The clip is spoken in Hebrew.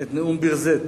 את נאום ביר-זית,